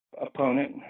opponent